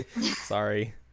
Sorry